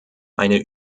eine